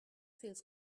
feels